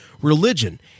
religion